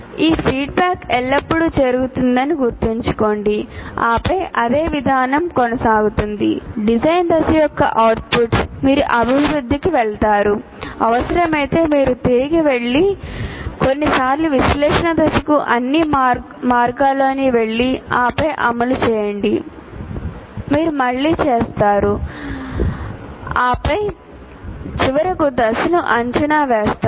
ఈ ఫీడ్బ్యాక్ ఎల్లప్పుడూ జరుగుతుందని గుర్తుంచుకోండి ఆపై అదే విధానం కొనసాగుతుంది డిజైన్ దశ యొక్క అవుట్పుట్ మీరు అభివృద్ధికి వెళతారు అవసరమైతే మీరు తిరిగి వెళ్లి కొన్నిసార్లు విశ్లేషణ దశకు అన్ని మార్గాల్లోకి వెళ్లి ఆపై అమలు చేయండి మీరు మళ్ళీ చేస్తారు ఆపై మీరు చివరకు దశను అంచనా వేస్తారు